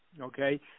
okay